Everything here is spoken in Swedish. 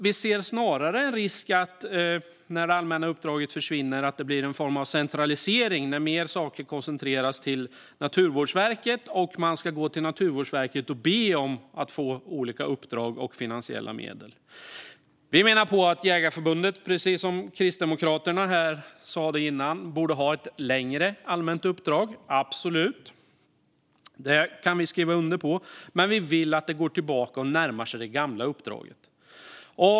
Vi ser snarare en risk när det allmänna uppdraget försvinner att det blir en form av centralisering när fler saker koncentreras till Naturvårdsverket och man ska gå till Naturvårdsverket och be om att få olika uppdrag och finansiella medel. Vi menar att Jägareförbundet borde ha ett längre allmänt uppdrag, precis som Kristdemokraterna sa här tidigare. Absolut, det kan vi skriva under på. Men vi vill att det går tillbaka och närmar sig det gamla uppdraget.